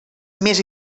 més